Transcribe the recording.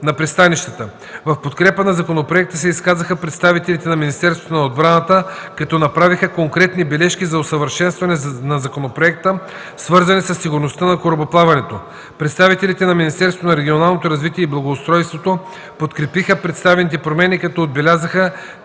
В подкрепа на законопроекта се изказаха представителите на Министерството на отбраната, като направиха конкретни бележки за усъвършенстване на законопроекта, свързани със сигурността на корабоплаването. Представителите на Министерството на регионалното развитие и благоустройството подкрепиха представените промени, като отбелязаха,